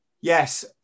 yes